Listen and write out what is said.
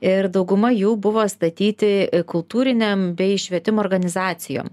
ir dauguma jų buvo statyti kultūrinėm bei švietimo organizacijom